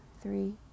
three